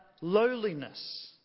lowliness